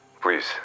Please